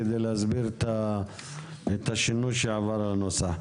כדי להסביר את שינוי הנוסח.